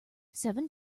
seven